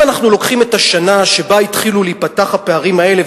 אם אנחנו לוקחים את השנה שבה התחילו להיפתח הפערים האלה,